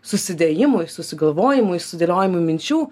susidėjimui susigalvojimui sudėliojimui minčių